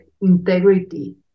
integrity